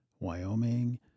Wyoming